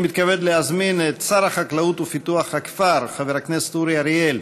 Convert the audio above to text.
אני מתכבד להזמין את שר החקלאות ופיתוח הכפר חבר הכנסת אורי אריאל